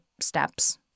steps